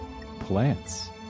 plants